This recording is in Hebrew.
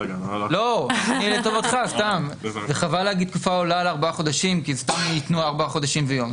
להגיד תקופה על ארבעה חודשים כי סתם ייתנו ארבעה חודשים ויום.